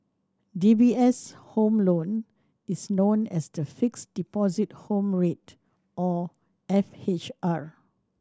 D B S' Home Loan is known as the Fixed Deposit Home Rate or F H R